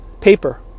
paper